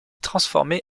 transformé